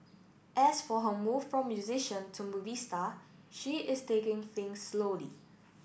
as for her move from musician to movie star she is taking things slowly